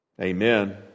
Amen